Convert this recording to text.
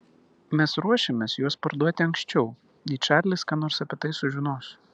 mes ruošiamės juos parduoti anksčiau nei čarlis ką nors apie tai sužinos